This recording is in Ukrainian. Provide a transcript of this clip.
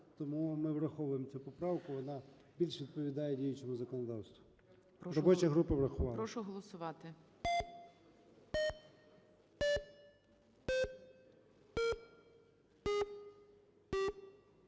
Тому ми враховуємо цю поправку, вона більше відповідає діючому законодавству. Робоча група врахувала.